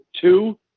two